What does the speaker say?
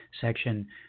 section